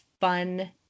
fun